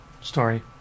story